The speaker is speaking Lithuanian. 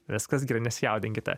viskas gerai nesijaudinkite